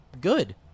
good